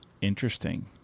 Interesting